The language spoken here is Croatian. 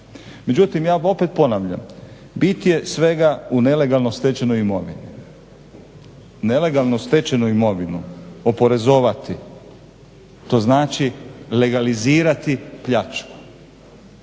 Međutim ja opet ponavljam, bit je svega u nelegalno stečenoj imovini. Nelegalno stečenu imovinu oporezovati to znači legalizirati pljačku.